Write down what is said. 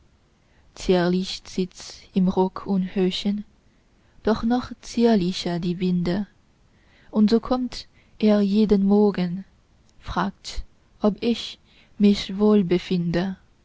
sitzt ihm rock und höschen doch noch zierlicher die binde und so kommt er jeden morgen fragt ob ich mich wohlbefinde